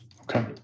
Okay